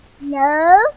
No